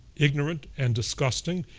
ignorant, and disgusting.